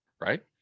right